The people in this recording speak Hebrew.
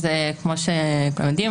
אז כמו שכולם יודעים,